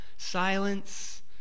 Silence